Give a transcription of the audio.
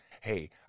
hey